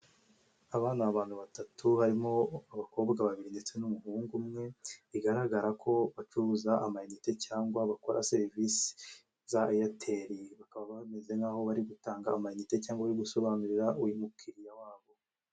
Aba n'abantu batatu harimo abakobwa babiri ndetse n'umuhungu umwe, bigaragara ko bacuruza amayinite cyangwa abakora serivisi za eyateli, bakaba bameze nk'aho bari gutanga amayinite cyangwa bari gusobanurira uyu mukiriya wabo.